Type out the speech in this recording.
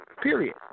Period